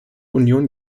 union